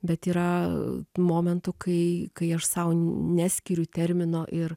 bet yra momentų kai kai aš sau neskiriu termino ir